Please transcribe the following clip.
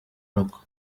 rugo